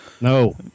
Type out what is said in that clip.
No